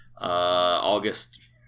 August